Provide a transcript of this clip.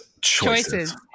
Choices